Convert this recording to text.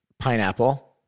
Pineapple